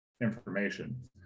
information